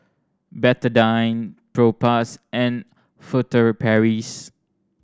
Betadine Propass and Furtere Paris